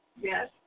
Yes